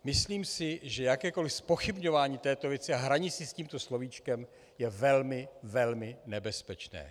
Myslím si, že jakékoliv zpochybňování této věci a hraní si s tímto slovíčkem je velmi, velmi nebezpečné.